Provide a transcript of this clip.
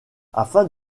afin